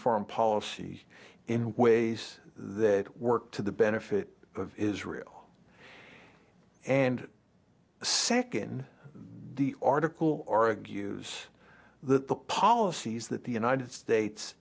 foreign policy in ways that work to the benefit of israel and second the article or accuse that the policies that the united states